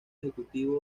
ejecutivo